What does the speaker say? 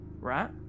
right